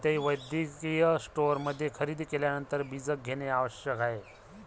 कोणत्याही वैद्यकीय स्टोअरमध्ये खरेदी केल्यानंतर बीजक घेणे आवश्यक आहे